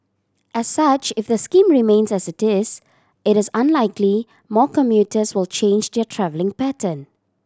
as such if the scheme remains as it is it is unlikely more commuters will change their travelling pattern